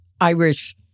Irish